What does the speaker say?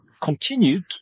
continued